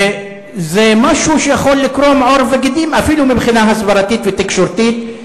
זה משהו שיכול לקרום עור וגידים אפילו מבחינה הסברתית ותקשורתית.